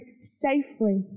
safely